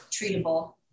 treatable